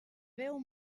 beu